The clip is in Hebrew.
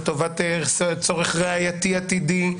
לטובת צורך ראייתי עתידי,